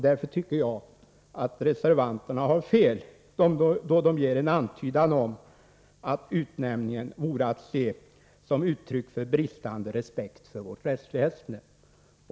Därför tycker jag att reservanterna har fel då de antyder att utnämningen vore att se som ett uttryck för bristande respekt för vårt rättsväsende.